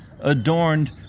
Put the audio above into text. adorned